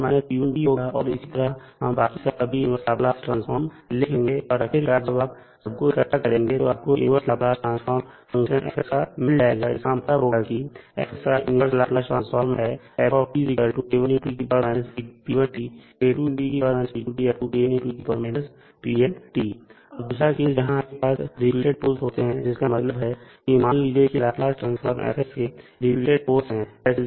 तो यह होगा और उसी तरह हम बाकी सब का भी इन्वर्स लाप्लास ट्रांसफॉर्म लिख लेंगे और आखिरकार जब आप सबको इकट्ठा करेंगे तो आपको inverse Laplace transform function F का मिल जाएगा जिसका मतलब होगा कि F का इन्वर्स लाप्लास ट्रांसफॉर्म है अब दूसरा केस जहां आपके पास रिपीटेड पोल्स होते हैं जिसका मतलब है कि मान लीजिए कि लाप्लास ट्रांसफार्म F के रिपीटेड पोल्स है s −p पर